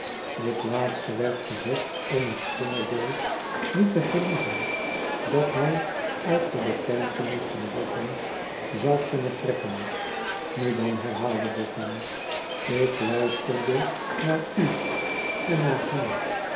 dit laatste werd gezegd om het voordeel niet te verliezen dat hij uit de bekentenis van boffin zou kunnen trekken na dan herhaalde boffin lik luisterde naar u en naar hem